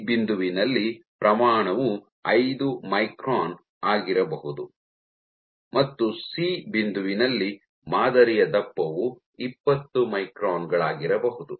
B ಬಿಂದುವಿನಲ್ಲಿ ಪ್ರಮಾಣವು ಐದು ಮೈಕ್ರಾನ್ ಆಗಿರಬಹುದು ಮತ್ತು ಸಿ ಬಿಂದುವಿನಲ್ಲಿ ಮಾದರಿಯ ದಪ್ಪವು ಇಪ್ಪತ್ತು ಮೈಕ್ರಾನ್ ಗಳಾಗಿರಬಹುದು